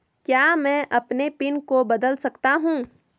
क्या मैं अपने पिन को बदल सकता हूँ?